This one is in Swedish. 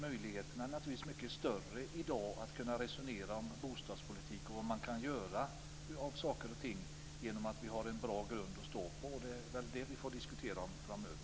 Möjligheterna är naturligtvis mycket större i dag att resonera om bostadspolitik och om vad man kan göra, eftersom vi har en bra grund att stå på. Det är väl detta vi får diskutera framöver.